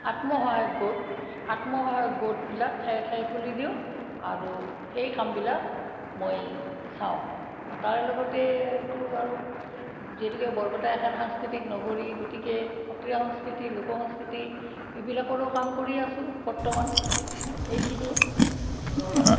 আত্মসহায়ক গোট আত্মসহায়ক গোটবিলাক ঠায়ে ঠায়ে খুলি দিওঁ আৰু এই কামবিলাক মই চাওঁ আৰু তাৰে লগতে এইটো আৰু যিহেতুকে বৰপেটা এখন সাংস্কৃতিক নগৰী গতিকে সত্ৰীয়া সংস্কৃতি লোক সংস্কৃতি ইবিলাকৰো কাম কৰি আছোঁ বৰ্তমান এইখিনিয়ে মোৰ আৰু